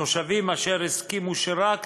תושבים אשר הסכימו שרק